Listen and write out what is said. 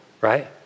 right